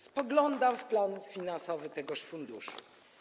Spoglądam na plan finansowy tegoż funduszu.